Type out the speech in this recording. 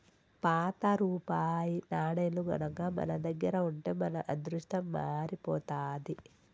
పాత రూపాయి నాణేలు గనక మన దగ్గర ఉంటే మన అదృష్టం మారిపోతాది